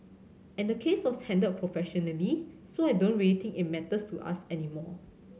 and the case was handled professionally so I don't really think it matters to us anymore